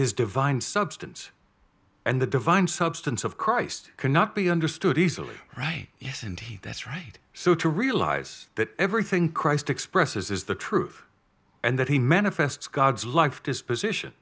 his divine substance and the divine substance of christ cannot be understood easily right yes indeed that's right so to realize that everything christ expresses is the truth and that he manifests god's life disposition